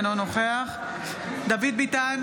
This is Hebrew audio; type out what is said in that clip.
אינו נוכח דוד ביטן,